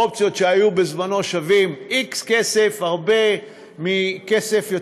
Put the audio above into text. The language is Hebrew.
אופציות שהיו בזמנו שוות X כסף, הרבה יותר כסף,